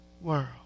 world